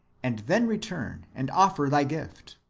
and then return and offer thy gift.